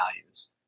values